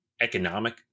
economic